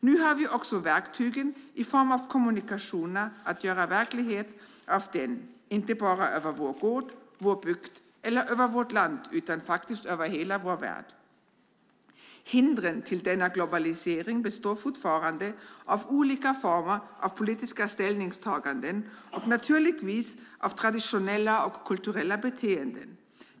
Nu har vi också verktygen i form av kommunikationer att göra verklighet av den, inte bara över vår gård, vår bygd eller över vårt land utan faktiskt över hela vår värld. Hindren för denna globalisering består fortfarande av olika former av politiska ställningstaganden, och naturligtvis av traditionella och kulturella beteenden.